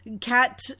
cat